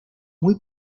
muy